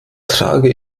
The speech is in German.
trage